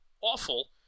awful